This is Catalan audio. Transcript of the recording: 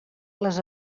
les